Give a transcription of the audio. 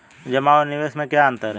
जमा और निवेश में क्या अंतर है?